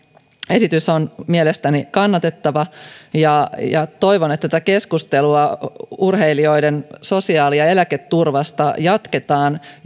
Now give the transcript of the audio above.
esitys on mielestäni kannatettava ja ja toivon että tätä keskustelua urheilijoiden sosiaali ja eläketurvasta jatketaan